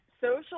social